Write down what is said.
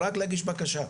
רק להגיש בקשה,